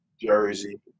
Jersey